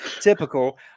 typical